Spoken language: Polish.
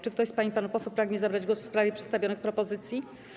Czy ktoś z pań i panów posłów pragnie zabrać głos w sprawie przedstawionych propozycji?